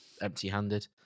empty-handed